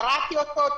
קראתי אותו,